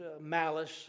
malice